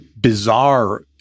bizarre